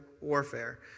warfare